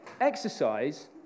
Exercise